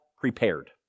prepared